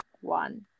One